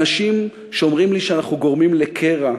אנשים שאומרים לי שאנחנו גורמים לקרע,